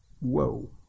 Whoa